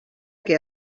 que